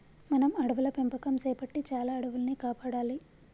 మనం అడవుల పెంపకం సేపట్టి చాలా అడవుల్ని కాపాడాలి